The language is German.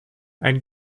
ein